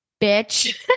bitch